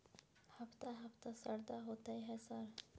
हफ्ता हफ्ता शरदा होतय है सर?